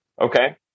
Okay